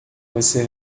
você